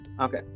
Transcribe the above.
Okay